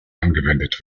angewendet